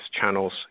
channels